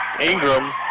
Ingram